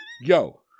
Yo